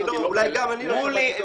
אולי גם אני לא שמעתי טוב.